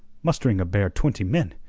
mustering a bare twenty men,